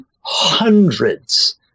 hundreds